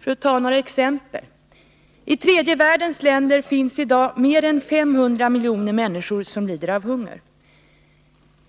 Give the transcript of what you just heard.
För att ta några exempel vill jag nämna att i tredje världens länder finns i dag mer än 500 miljoner människor som lider av hunger.